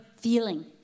feeling